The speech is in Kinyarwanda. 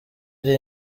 iri